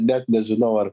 net nežinau ar